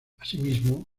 asimismo